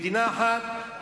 מדינה אחת,